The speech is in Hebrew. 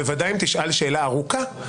בוודאי אם תשאל שאלה ארוכה,